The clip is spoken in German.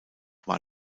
war